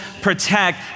protect